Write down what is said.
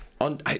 on